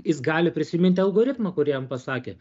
jis gali prisiminti algoritmą kurį jam pasakė